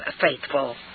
faithful